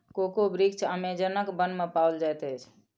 cocoa वृक्ष अमेज़नक वन में पाओल जाइत अछि